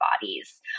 bodies